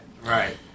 Right